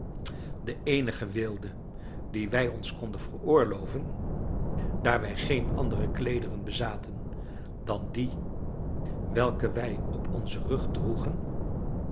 de eenige weelde die wij ons konden veroorloven daar wij geen andere kleederen bezaten dan die welke wij op onzen rug droegen